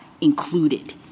included